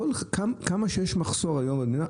כמה שיש מחסור היום במדינה,